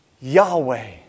Yahweh